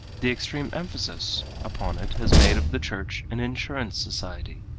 the extreme emphasis upon it has made of the church an insurance society,